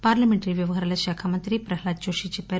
parliamentary వ్యవహారాల శాఖా మంత్రి ప్రహ్లాద్ జోషీ చెప్పారు